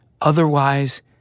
Otherwise